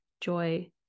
joy